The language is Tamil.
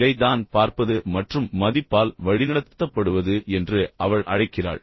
இதை தான் பார்ப்பது மற்றும் மதிப்பால் வழிநடத்த்த்தப்படுவது என்று அவள் அழைக்கிறாள்